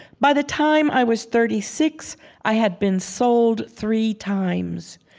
by the time i was thirty-six i had been sold three times.